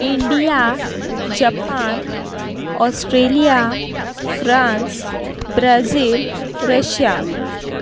India Japan Australia France Brazil Russia